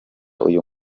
uyu